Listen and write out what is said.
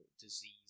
disease